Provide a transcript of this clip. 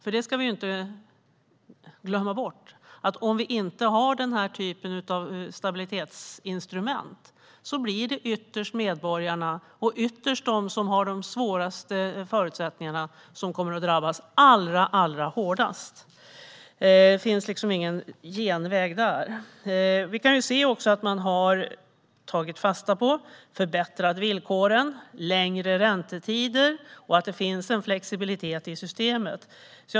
Vi ska inte glömma bort att om man inte har den här typen av stabilitetsinstrument blir det medborgarna och ytterst de som har de svåraste förutsättningarna som kommer att drabbas allra hårdast. Det finns liksom ingen genväg där. Man har tagit fasta på att förbättra villkoren, längre räntetider och en flexibilitet i systemet.